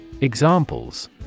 Examples